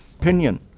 opinion